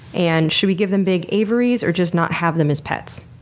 and should we give them big aviaries or just not have them as pets?